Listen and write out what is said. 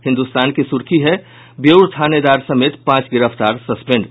हिन्दुस्तान की सुर्खी है बेऊर थानेदार समेत पांच गिरफ्तार सस्पेंड